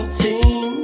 team